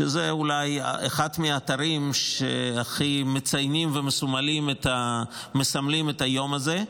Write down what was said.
שזה אולי אחד מהאתרים שהכי מציינים ומסמלים את היום הזה.